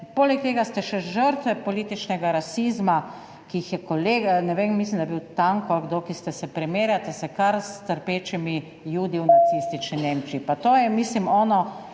Poleg tega ste še žrtve političnega rasizma, ki jih je kolega, ne vem, mislim, da je bil Tanko ali kdo, ki ste se, primerjate se kar s trpečimi Judi v nacistični Nemčiji. Pa to je, mislim ono